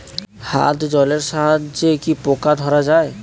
হাত জলের সাহায্যে কি পোকা ধরা যায়?